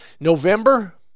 november